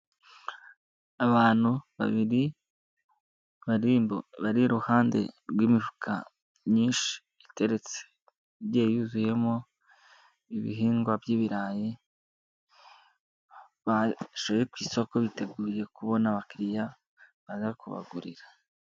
Abantu babiri bari iruhande rw'imifuka myinshi iteretse igiye yuzuyemo ibihingwa by'ibirayi bashoye ku isoko biteguye kubona abakiriya baza kubagurira.